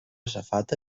safata